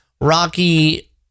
Rocky